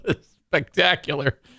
spectacular